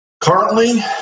currently